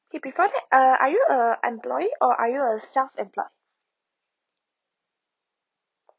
K before that uh are you a employee or are you a self employed